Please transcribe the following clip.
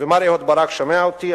ומר אהוד ברק שומע אותי,